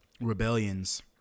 rebellions